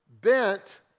bent